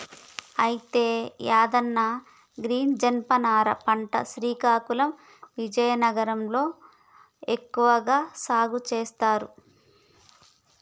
అయితే యాదన్న గీ జనపనార పంట శ్రీకాకుళం విజయనగరం లో ఎక్కువగా సాగు సేస్తారు